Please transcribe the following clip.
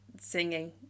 singing